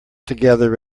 together